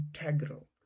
integral